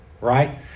right